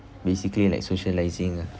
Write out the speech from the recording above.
basically like socialising ah